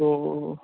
تو